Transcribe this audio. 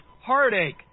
heartache